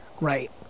right